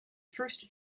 first